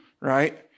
right